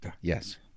Yes